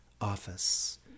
office